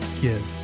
give